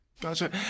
Gotcha